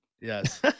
yes